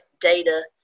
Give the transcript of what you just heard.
data